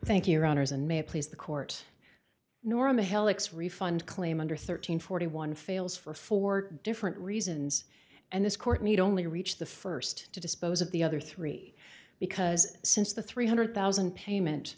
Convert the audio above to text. thank you runners and may please the court nor on the heloc sri fund claim under thirteen forty one fails for four different reasons and this court need only reach the first to dispose of the other three because since the three hundred thousand payment